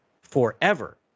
forever